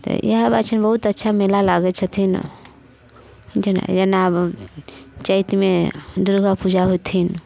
इएहवला छै बहुत अच्छा मेला लागै छथिन जेना जेना चैतमे दुर्गापूजा होथिन